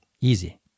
easy